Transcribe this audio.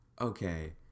okay